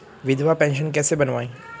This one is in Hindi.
विधवा पेंशन कैसे बनवायें?